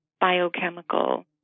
biochemical